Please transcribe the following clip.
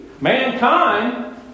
mankind